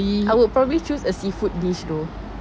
I would probably choose a seafood dish though